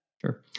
Sure